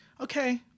okay